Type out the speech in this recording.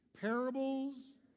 parables